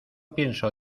pienso